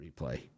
replay